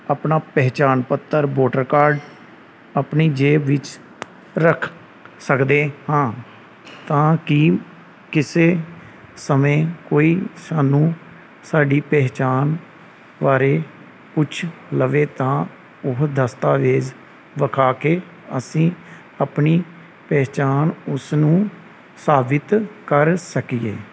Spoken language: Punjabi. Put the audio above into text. ਆਪਣਾ ਪਹਿਚਾਣ ਪੱਤਰ ਵੋਟਰ ਕਾਰਡ ਆਪਣੀ ਜੇਬ ਵਿੱਚ ਰੱਖ ਸਕਦੇ ਹਾਂ ਤਾਂ ਕਿ ਕਿਸੇ ਸਮੇਂ ਕੋਈ ਸਾਨੂੰ ਸਾਡੀ ਪਹਿਚਾਣ ਬਾਰੇ ਪੁੱਛ ਲਵੇ ਤਾਂ ਉਹ ਦਸਤਾਵੇਜ਼ ਵਿਖਾ ਕੇ ਅਸੀਂ ਆਪਣੀ ਪਹਿਚਾਣ ਉਸਨੂੰ ਸਾਬਿਤ ਕਰ ਸਕੀਏ